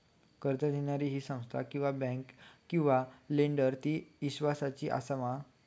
कर्ज दिणारी ही संस्था किवा बँक किवा लेंडर ती इस्वासाची आसा मा?